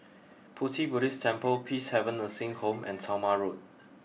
Pu Ti Buddhist Temple Peacehaven Nursing Home and Talma Road